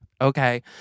okay